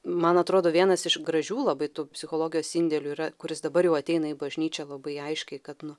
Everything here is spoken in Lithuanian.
man atrodo vienas iš gražių labai tų psichologijos indėlių yra kuris dabar jau ateina į bažnyčią labai aiškiai kad nu